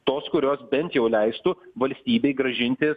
tos kurios bent jau leistų valstybei grąžinti